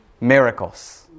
Miracles